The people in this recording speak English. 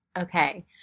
Okay